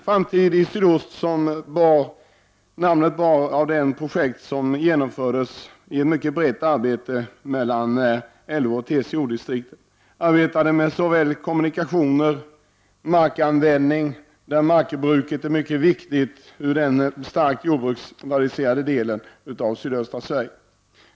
Framtid i Sydost är namnet på det projekt som genomfördes i ett mycket brett samarbete mellan LO och TCO-distrikten. Man arbetade i projektet med kommunikationer och markanvändning. Bruket av marken är mycket viktigt i den del av sydöstra Sverige där försörjningen är starkt jordbruksbaserad.